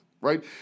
Right